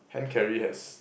hand carry has